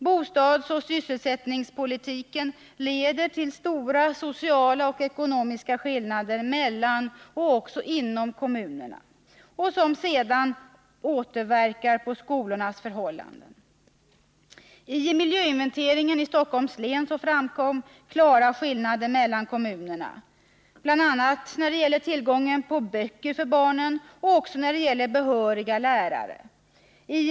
Bostadsoch sysselsättningspolitiken leder till stora sociala och ekonomiska skillnader mellan och inom kommunerna, som sedan återverkar på skolornas förhållanden. Vid miljöinventeringen i Stockholms län framkom klara skillnader mellan kommunerna, bl.a. när det gäller tillgången på böcker för barnen och antalet behöriga lärare i skolorna.